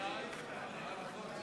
רע"ם-תע"ל